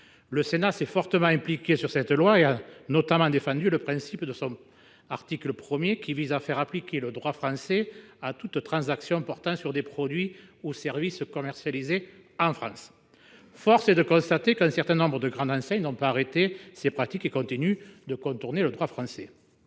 Le Sénat s’est fortement impliqué lors de l’examen de ce texte et a notamment défendu le principe de son article 1, qui vise à faire appliquer le droit français à toute transaction portant sur des produits ou services commercialisés en France. Force est de constater qu’un certain nombre de grandes enseignes n’ont pas mis fin à leurs pratiques en la matière et continuent de contourner le droit français.